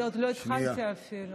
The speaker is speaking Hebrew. עוד לא התחלתי אפילו.